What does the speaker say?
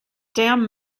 damn